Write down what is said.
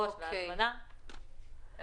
לפחות חלקם הגדול,